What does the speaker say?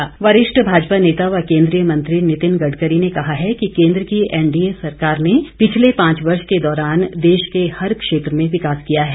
नितिन गडकरी वरिष्ठ भाजपा नेता व केन्द्रीय मंत्री नितिन गडकरी ने कहा है कि केन्द्र की एनडीए सरकार ने पिछले पांच वर्ष के दौरान देश के हर क्षेत्र में विकास किया है